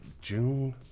June